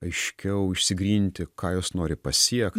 aiškiau išsigryninti ką jos nori pasiekt